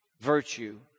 virtue